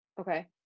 Okay